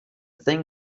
thing